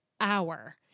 hour